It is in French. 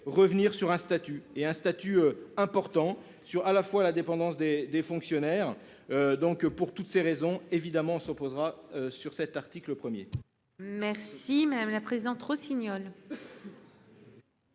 revenir sur un statut et un statut eux important sur à la fois la dépendance des des fonctionnaires. Donc pour toutes ces raisons évidemment s'opposera sur cet article 1er. Merci madame la présidente Rossignol.